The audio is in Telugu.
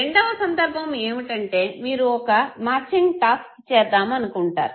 రెండవ సందర్భము ఏమిటంటే మీరు ఒక మాచింగ్ టాస్క్ చేద్దాం అనుకుంటారు